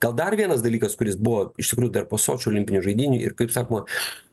gal dar vienas dalykas kuris buvo iš tikrųjų dar po sočio olimpinių žaidynių ir kaip sakoma